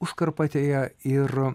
užkarpatėje ir